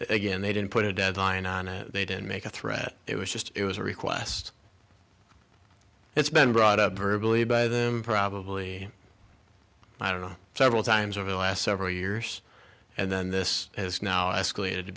again they didn't put a deadline on it they didn't make a threat it was just it was a request that's been brought up or believed by them probably i don't know several times over the last several years and then this has now escalated to